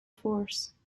force